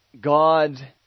God